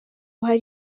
hari